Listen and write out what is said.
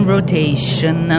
Rotation